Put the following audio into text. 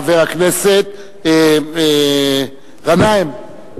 חבר הכנסת גנאים מסעוד.